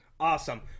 Awesome